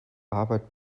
arbeit